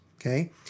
okay